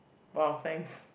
!wah! thanks